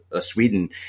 sweden